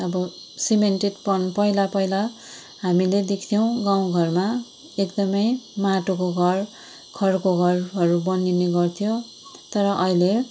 अब सिमेन्टेड पनि पहिला पहिला हामीले देख्थ्यौँ गाउँ घरमा एकदमै माटोको घर खरको घरहरू बनिने गर्थ्यो तर अहिले